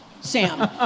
Sam